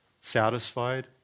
satisfied